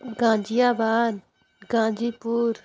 Ghaziabad Ghazipur